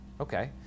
okay